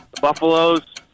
Buffaloes